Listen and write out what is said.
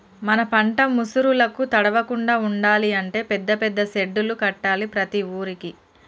మన పంట ముసురులకు తడవకుండా ఉండాలి అంటే పెద్ద పెద్ద సెడ్డులు కట్టాలి ప్రతి ఊరుకి